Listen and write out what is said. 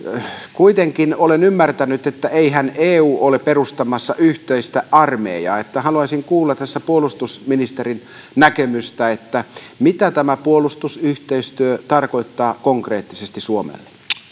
kuitenkin olen ymmärtänyt että eihän eu ole perustamassa yhteistä armeijaa haluaisin kuulla tässä puolustusministerin näkemystä mitä tämä puolustusyhteistyö tarkoittaa konkreettisesti suomelle